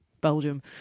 Belgium